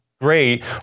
Great